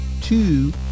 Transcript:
two